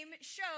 show